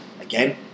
again